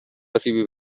اسیبی